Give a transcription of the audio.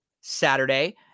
Saturday